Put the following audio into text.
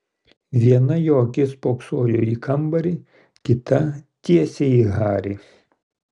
viena jo akis spoksojo į kambarį kita tiesiai į harį